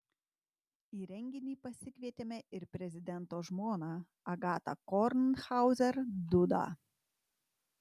į renginį pasikvietėme ir prezidento žmoną agatą kornhauzer dudą